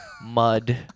mud